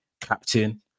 captain